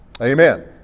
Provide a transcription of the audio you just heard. Amen